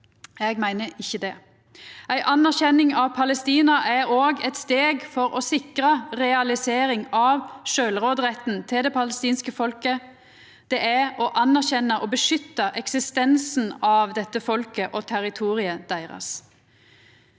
Eg meiner ikkje det. Ei anerkjenning av Palestina er òg eit steg for å sikra realisering av sjølvråderetten til det palestinske folket, det er å anerkjenna og beskytta eksistensen av dette folket og territoriet deira.